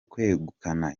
kwegukana